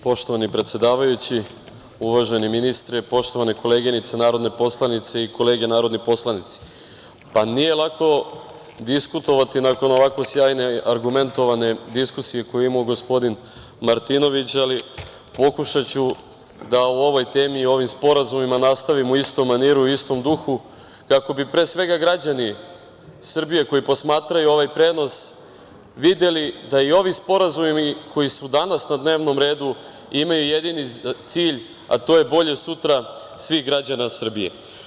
Poštovani predsedavajući, uvaženi ministre, poštovane koleginice narodne poslanice i kolege narodni poslanici, nije lako diskutovati nakon ovako sjajne i argumentovane diskusije koju je imao gospodin Martinović, ali pokušaću da o ovoj temi i ovim sporazumima nastavim u istom maniru, istom duhu, kako bi, pre svega, građani Srbije koji posmatraju ovaj prenos, videli da i ovi sporazumi koji su danas na dnevnom redu imaju jedini cilj, a to je bolje sutra svih građana Srbije.